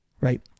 right